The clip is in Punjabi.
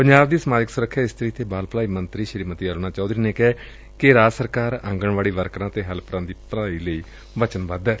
ਪੰਜਾਬ ਦੀ ਸਮਾਜਿਕ ਸੁਰੱਖਿਆ ਇਸਤਰੀ ਤੇ ਬਾਲ ਭਲਾਈ ਮੰਤਰੀ ਸ੍ਰੀਮਤੀ ਅਰੁਣਾ ਚੌਧਰੀ ਨੇ ਕਿਹਾ ਕਿ ਰਾਜ ਸਰਕਾਰ ਆਂਗਣਵਾੜੀ ਵਰਕਰਾਂ ਅਤੇ ਹੈਲਪਰਾਂ ਦੀ ਭਲਾਈ ਲਈ ਵਚਨਬੱਧ ਏ